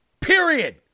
period